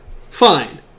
fine